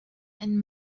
and